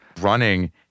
running